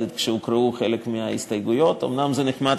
אפשר אולי להסכים שגם ההסתייגויות וגם החוק לא ייכנסו לספר החוקים.